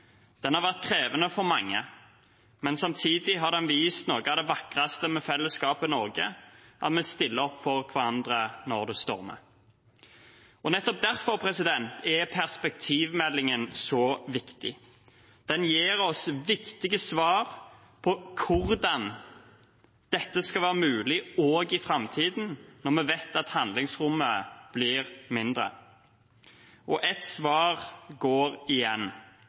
Den har vært krevende for mange, men samtidig har den vist noe av det vakreste med fellesskapet Norge, at vi stiller opp for hverandre når det stormer. Nettopp derfor er perspektivmeldingen så viktig. Den gir oss viktige svar på hvordan dette skal være mulig også i framtiden, når vi vet at handlingsrommet blir mindre. Ett svar går igjen: